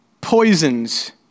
poisons